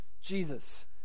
Jesus